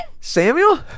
Samuel